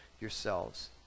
yourselves